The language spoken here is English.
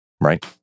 Right